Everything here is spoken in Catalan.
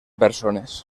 persones